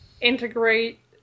integrate